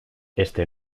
este